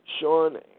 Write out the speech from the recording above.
Sean